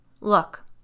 Look